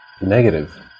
Negative